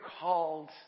called